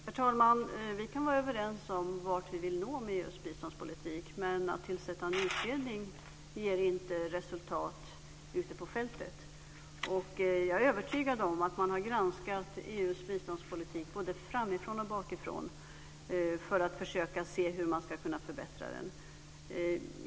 Herr talman! Vi kan vara överens om vart vi vill nå med EU:s biståndspolitik. Men att tillsätta en utredning ger inte resultat ute på fältet. Jag är övertygad om att man har granskat EU:s biståndspolitik både framifrån och bakifrån för att försöka se hur man ska kunna förbättra den.